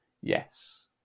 Yes